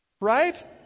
right